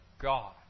God